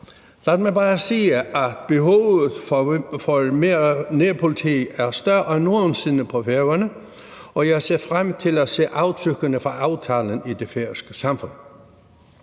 Lad mig bare sige, at behovet for at få mere nærpoliti er større end nogen sinde på Færøerne, og jeg ser frem til at se aftrykkene fra aftalen i det færøske samfund,